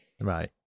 right